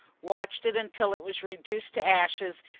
watched it until it was reduced to ashes,